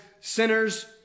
sinners